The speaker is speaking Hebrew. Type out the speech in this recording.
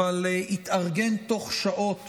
אבל התארגן בתוך שעות